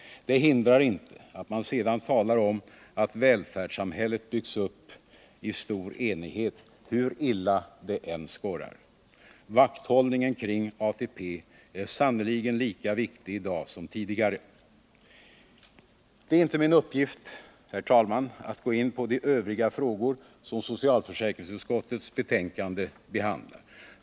Det hindrar inte att man sedan talar om att välfärdssamhället byggts upp i stor enighet — hur illa detta än skorrar. Vakthållningen kring ATP är sannerligen lika viktig i dag som tidigare! Det är inte min uppgift, herr talman, att gå in på de övriga frågor som socialförsäkringsutskottets betänkande behandlar.